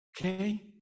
okay